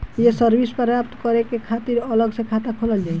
ये सर्विस प्राप्त करे के खातिर अलग से खाता खोलल जाइ?